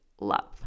love